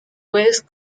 west